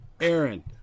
Aaron